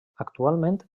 actualment